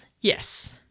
Yes